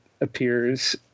appears